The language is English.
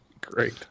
Great